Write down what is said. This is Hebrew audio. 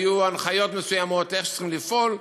אף שהיו הנחיות מסוימות איך צריכים לפעול,